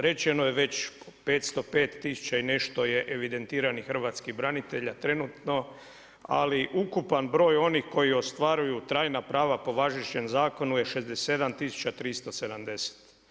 Rečeno je već 505 tisuća i nešto je evidentiranih hrvatskih branitelja trenutno ali ukupan broj onih koji ostvaruju trajna prava po važećem zakonu je 67 370.